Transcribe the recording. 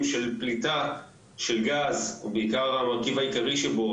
של פליטה של גז או בעיקר המרכיב העיקרי שבו,